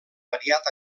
variat